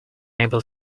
able